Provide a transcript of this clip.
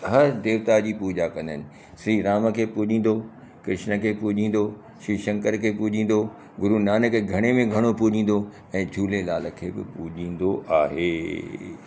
हर देवता जी पूजा कंदा आहिनि श्री राम जे पूॼींदो कृष्ण खे पूॼींदो शिव शंकर खे पूॼींदो गुरुनानक घणे में घणो पूॼींदो ऐं झूलेलाल खे पूॼींदो आहे